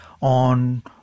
on